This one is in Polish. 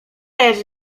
też